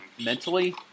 mentally